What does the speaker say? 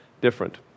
different